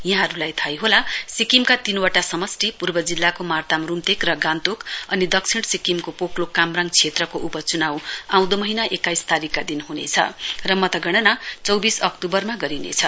यहाँहरूलाई थाहै होला सिक्किमका तीनवटा समष्टि पूर्व जिल्लाको मार्ताम रूम्तेक र गान्तोक अनि दक्षिण सिक्किमको पोकलोक कामराङ क्षेत्रको उपचनाउ आउँदो महीना एक्काइस तारीकका दिन हुनेछ र मतगणना चौविस अक्टूबरमा गरिनेछ